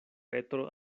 petro